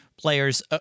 players